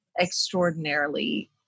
extraordinarily